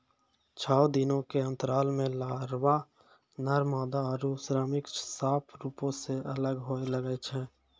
छः दिनो के अंतराल पे लारवा, नर मादा आरु श्रमिक साफ रुपो से अलग होए लगै छै